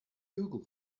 google